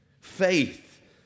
faith